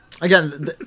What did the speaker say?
Again